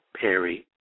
Perry